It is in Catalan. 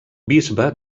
bisbe